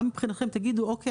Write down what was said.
מה מבחינתכם תגידו "אוקיי,